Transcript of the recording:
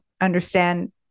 understand